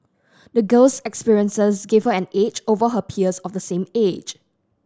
the girl's experiences gave her an edge over her peers of the same age